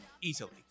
easily